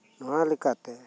ᱱᱚᱣᱟ ᱞᱮᱠᱟᱛᱮ